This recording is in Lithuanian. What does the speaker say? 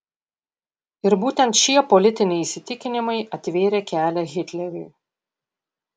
ir būtent šie politiniai įsitikinimai atvėrė kelią hitleriui